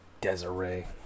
Desiree